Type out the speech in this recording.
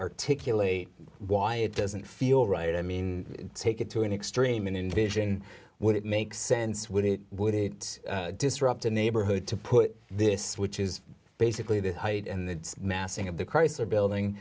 articulate why it doesn't feel right i mean take it to an extreme and envision would it make sense would it disrupt a neighborhood to put this which is basically the height and the massing of the chrysler building